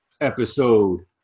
episode